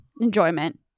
enjoyment